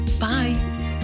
bye